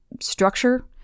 structure